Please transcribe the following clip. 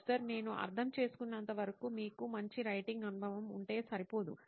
professor నేను అర్థం చేసుకున్నంతవరకు మీకు మంచి రైటింగ్ అనుభవం ఉంటే సరిపోదు